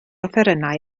offerynnau